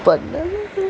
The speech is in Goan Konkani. प